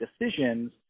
decisions